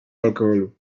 alkoholu